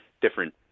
different